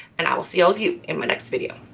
and i will see all of you in my next video.